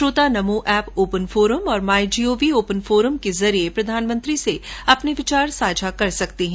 श्रोता Namo app open forum और my G O V open forum के माध्यम से भी प्रधानमंत्री से विचार साझा कर सकते हैं